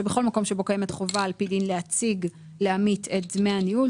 שבכל מקום שבו קיימת חובה על פי דין להציג לעמית את דמי הניהול,